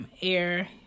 air